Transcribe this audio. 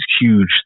huge